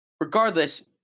regardless